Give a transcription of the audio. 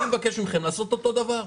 אני מבקש מכם לעשות אותו דבר.